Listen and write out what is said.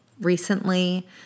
recently